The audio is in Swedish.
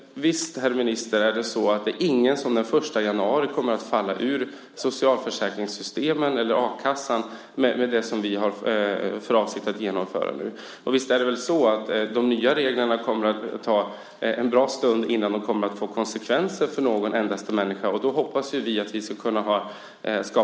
Visst, herr minister, är det ingen som den 1 januari kommer att falla ut ur socialförsäkringssystemen eller a-kassan som en följd av de förändringar som vi har för avsikt att genomföra? Visst kommer det att ta ett bra tag innan de nya reglerna får konsekvenser för någon människa, och då hoppas vi att vi ska skapa nya arbeten.